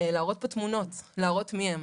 להראות פה תמונות, להראות מי הם.